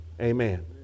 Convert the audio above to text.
amen